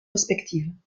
respectives